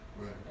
Right